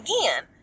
again